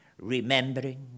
Remembering